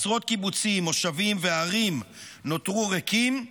עשרות קיבוצים, מושבים וערים נותרו ריקים,